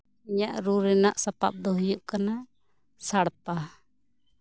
ᱤᱧᱟᱹᱜ ᱨᱩ ᱨᱮᱭᱟᱜ ᱥᱟᱯᱟᱯ ᱫᱚ ᱦᱩᱭᱩᱜ ᱠᱟᱱᱟ ᱥᱟᱲᱯᱟ